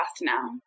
now